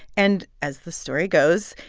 and as the story goes,